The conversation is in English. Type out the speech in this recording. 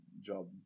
job